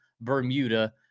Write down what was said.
Bermuda